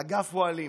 אגף אוהלים